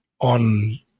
on